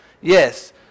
Yes